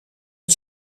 het